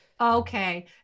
Okay